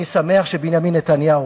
אני שמח שבנימין נתניהו,